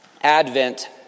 Advent